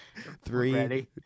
Three